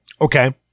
Okay